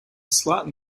slightly